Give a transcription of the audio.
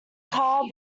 car